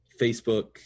Facebook